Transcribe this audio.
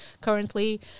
currently